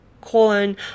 colon